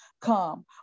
come